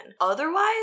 Otherwise